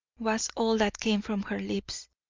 was all that came from her lips.